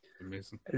Amazing